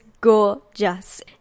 gorgeous